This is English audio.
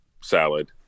salad